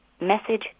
Message